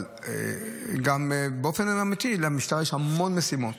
אבל באופן אמיתי למשטרה יש המון משימות,